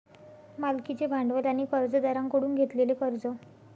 मालकीचे भांडवल आणि कर्जदारांकडून घेतलेले कर्ज